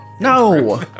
No